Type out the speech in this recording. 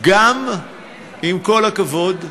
עם כל הכבוד,